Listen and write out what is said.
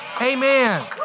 Amen